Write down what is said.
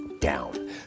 down